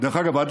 דרך אגב, עד